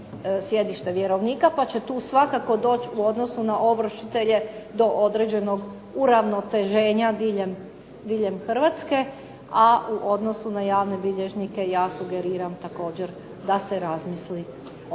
sjedište vjerovnika. Pa će tu svakako doći u odnosu na ovršitelje do određenog uravnoteženja diljem Hrvatske. A u odnosu na javne bilježnike ja sugeriram također da se razmisli o